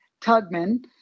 Tugman